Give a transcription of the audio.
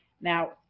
Now